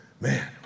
man